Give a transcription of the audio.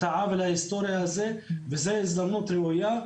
העוול ההיסטורי הזה וזו הזדמנות ראויה,